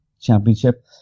championship